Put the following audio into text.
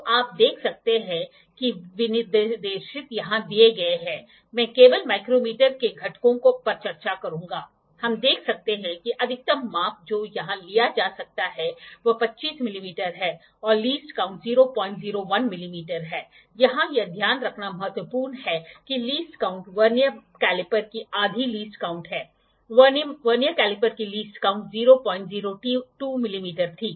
तो आप देख सकते हैं कि विनिर्देश यहां दिए गए हैं मैं केवल माइक्रोमीटर के घटकों पर चर्चा करूंगा हम देख सकते हैं कि अधिकतम माप जो यहां लिया जा सकता है वह 25 मिमी है और लीस्ट काउंट 001 मिमी है यहां यह ध्यान रखना महत्वपूर्ण है कि लीस्ट काउंट वर्नियर कैलीपर की आधी लीस्ट काउंट है वर्नियर कैलीपर की लीस्ट काउंट 002 मिमी थी